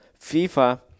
FIFA